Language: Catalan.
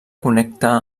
connecta